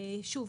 שוב,